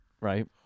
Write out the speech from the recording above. right